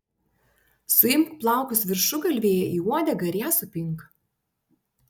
suimk plaukus viršugalvyje į uodegą ir ją supink